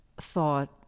thought